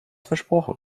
versprochen